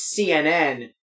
CNN